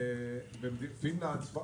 פינלנד.